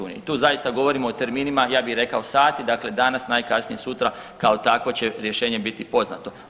Tu zaista govorimo o terminima, ja bi rekao sati, dakle danas najkasnije sutra kao takvo će rješenje biti poznato.